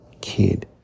kid